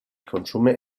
consume